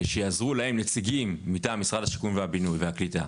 שיעזרו להם נציגים מטעם משרד השיכון הבינוי והקליטה,